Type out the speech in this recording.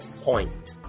point